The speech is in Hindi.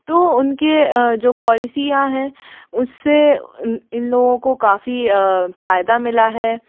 तो उनके जो पॉलिसियाँ हैं उससे इन लोगों को काफ़ी फायदा मिला है